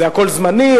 זה הכול זמני,